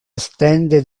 estende